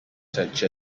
such